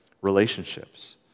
relationships